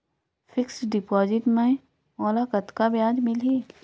Fixed deposit मे मोला कतका ब्याज मिलही?